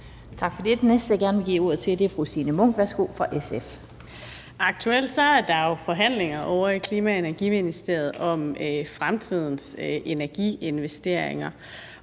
Tak for det. Den næste, jeg gerne vil give ordet til, er fru Signe Munk fra SF. Værsgo. Kl. 11:42 Signe Munk (SF): Aktuelt er der jo forhandlinger i Klima- og Energiministeriet om fremtidens energiinvesteringer,